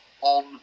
on